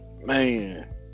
Man